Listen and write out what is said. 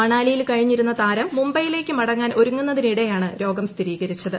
മണാലിയിൽ കഴിഞ്ഞിരുന്ന താരം മുംബൈയിലേക്ക് മടങ്ങാൻ ഒരുങ്ങുന്നതിനിടെയാണ് രോഗം സ്ഥിരീകരിച്ചത്